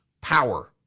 power